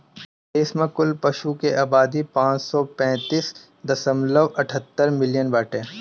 देश में कुल पशु के आबादी पाँच सौ पैंतीस दशमलव अठहत्तर मिलियन बाटे